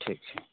ठीक छै